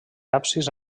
absis